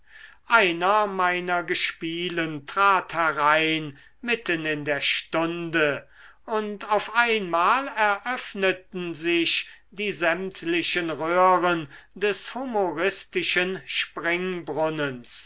einer meiner gespielen trat herein mitten in der stunde und auf einmal eröffneten sich die sämtlichen röhren des humoristischen